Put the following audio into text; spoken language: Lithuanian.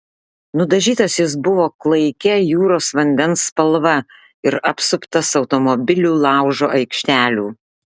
nudažytas jis buvo klaikia jūros vandens spalva ir apsuptas automobilių laužo aikštelių